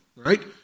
right